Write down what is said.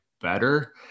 better